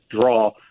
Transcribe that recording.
draw